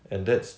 and that's